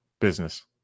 Business